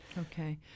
Okay